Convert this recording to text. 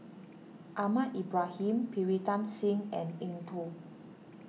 Ahmad Ibrahim Pritam Singh and Eng Tow